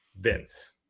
vince